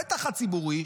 בטח הציבורי,